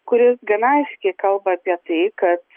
kuris gana aiškiai kalba apie tai kad